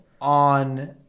On